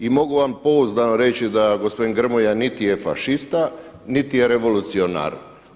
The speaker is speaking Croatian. I mogu vam pouzdano reći da gospodin Grmoja niti je fašista, niti je revolucionar.